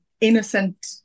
innocent